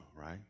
right